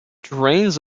drains